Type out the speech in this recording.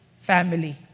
family